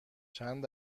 چند